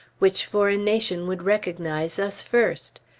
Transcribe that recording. which foreign nation would recognize us first?